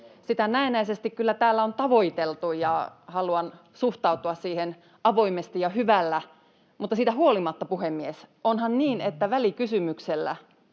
Sitä näennäisesti kyllä täällä on tavoiteltu, ja haluan suhtautua siihen avoimesti ja hyvällä, mutta siitä huolimatta, puhemies, onhan niin, että välikysymyksellä